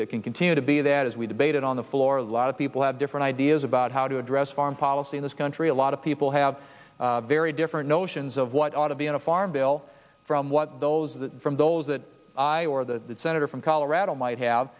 can continue to be that as we debate it on the floor a lot of people have different ideas about how to address farm policy in this country a lot of people have very different notions of what ought to be in a farm bill from what those from those that i or the senator from colorado might have